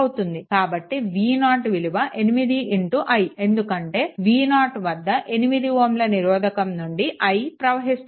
కాబట్టి v0 విలువ 8 i ఎందుకంటే v0 వద్ద 8Ωల నిరోధకం నుండి i ప్రవహిస్తోంది